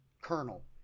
colonel